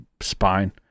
spine